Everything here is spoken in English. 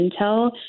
intel